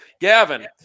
Gavin